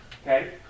Okay